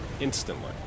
instantly